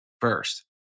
first